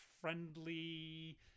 friendly